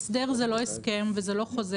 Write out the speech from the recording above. והסדר זה לא הסכם ולא חוזר,